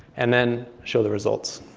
and then show the results.